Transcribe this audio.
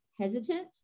hesitant